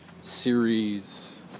series